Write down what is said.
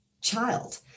child